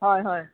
হয় হয়